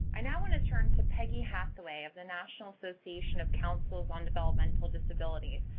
i now want to turn to peggy hathaway of the national association of council on developmental disability.